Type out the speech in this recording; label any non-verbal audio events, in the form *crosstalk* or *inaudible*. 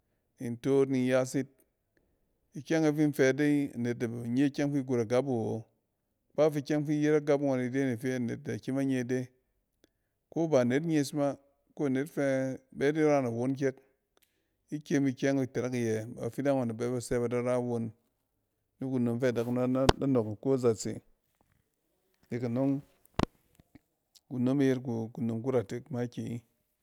Nin toot ni nyas yit. Ikyɛng e fi in fɛ dei, anet da nye ikyɛng ɔng fi got agab wu wo. Kpaf ikyɛng fi iyet agab ngɔn ide ne fɛ anet da kyem a nye ide. Ko baa net nyɛs ba, ko anet fɛ, bɛ di ran awon kyɛk. ikyɛm ikyɛm itɛrɛk iyɛ bafidang ngɔɛn da bɛ ba sɛ ba da ra won nikunom fɛ adakunom na-na *noise* -da nɔɔɛk iko na zatse. Nek anɔng *noise* kunome yet kunom kuratek makiyi.